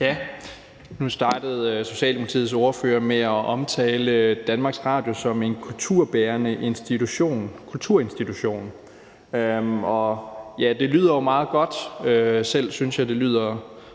Nu startede Socialdemokratiets ordfører med at omtale DR som en kulturbærende institution, en kulturinstitution. Det lyder jo meget godt; selv synes jeg, det lyder